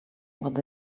what